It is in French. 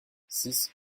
six